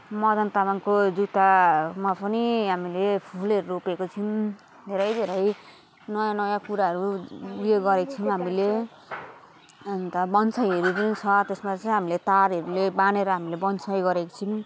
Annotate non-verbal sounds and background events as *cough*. *unintelligible* मदन तामाङको जुत्तामा पनि हामीले फुलहरू रोपेको छौँ धेरै धेरै नयाँ नयाँ कुराहरू यो गरेको छौँ हामीले अन्त बोन्साईहरू पनि छ त्यसमा चाहिँ हामीले तारहरूले बाँधेर हामीले बोन्साई गरेको छौँ